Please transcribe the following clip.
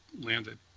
landed